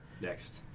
next